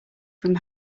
from